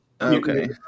Okay